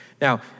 Now